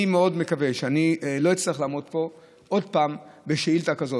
אני מאוד מקווה שאני לא אצטרך לעמוד פה עוד פעם בשאילתה כזאת.